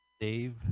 Dave